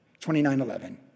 29:11